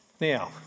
Now